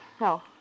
No